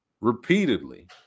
repeatedly